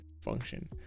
function